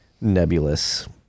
nebulous